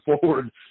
forward